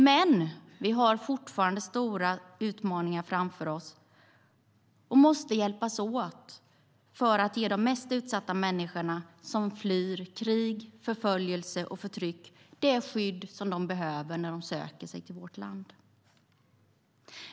Men vi har fortfarande stora utmaningar framför oss och måste hjälpas åt för att ge de mest utsatta människorna som flyr krig, förföljelse och förtryck det skydd som de behöver i vårt land.